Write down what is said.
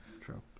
true